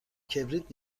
کبریت